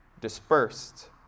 dispersed